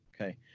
okay